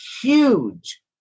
huge